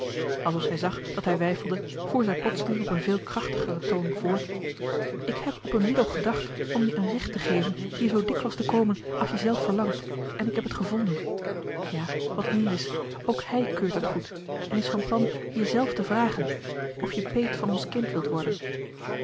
alsof zij zag dat hij weifelde voer zij plotseling op een veel krachtigeren toon voort ik heb op een middel gedacht om je een recht te geven hier zoo dikwijls te komen als je zelf verlangt en marcellus emants een drietal novellen ik heb het gevonden ja wat meer is ook hij keurt het goed en is van plan je zelf te vragen of je peet van ons kind wilt worden